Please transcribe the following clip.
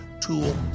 tool